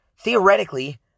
theoretically